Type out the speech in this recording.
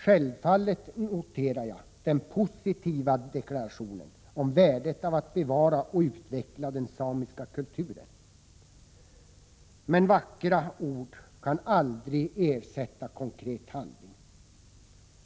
Självfallet noterar jag den positiva deklarationen om värdet av att bevara och utveckla den samiska kulturen. Men vackra ord kan aldrig ersätta konkret handling.